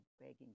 begging